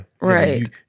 Right